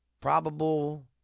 probable